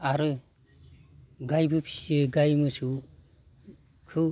आरो गाइबो फियो गाइ मोसौखौ